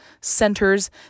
centers